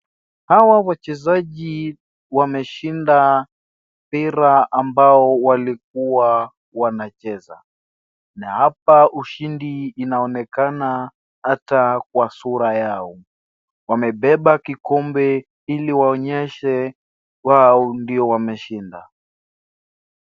Hawa wachezaji wameshinda mpira ambao walikua wanacheza . Hapaushidi inaonekana hata kwa uso zao .Waamebeba kikombe ili waonyesha wao ndio washindi .